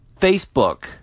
Facebook